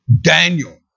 Daniel